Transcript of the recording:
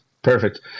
Perfect